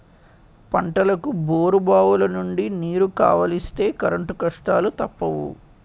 పంటలకు బోరుబావులనుండి నీరు కావలిస్తే కరెంటు కష్టాలూ తప్పవు